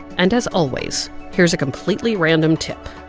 and as always, here's a completely random tip.